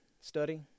study